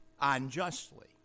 unjustly